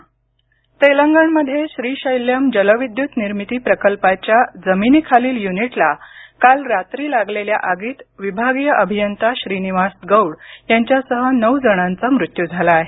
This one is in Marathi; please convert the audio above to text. तेलंगण आग तेलंगणमध्ये श्रीशैल्यम जलविद्युत निर्मिती प्रकल्पाच्या जमिनीखालील युनिटला काल रात्री लागलेल्या आगीत विभागीय अभियंता श्रीनिवास गौड यांच्यासह नऊ जणांचा मृत्यू झाला आहे